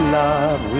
love